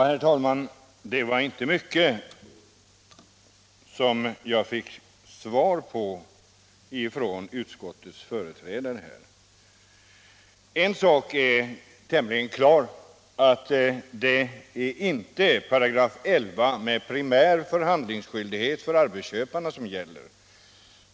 Herr talman! Det var inte mycket jag fick svar på av utskottets företrädare. En sak är dock tämligen klar, nämligen att det inte är 11§ med primär förhandlingsskyldighet för arbetsköparen som gäller.